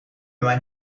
mijn